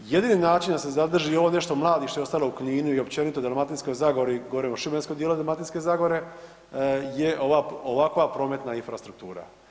Jedini način da se zadrži ovo nešto mladih što je ostalo u Kninu i općenito u Dalmatinskoj zagori gore u šibenskom dijelu Dalmatinske zagore je ova, ovakva prometna infrastruktura.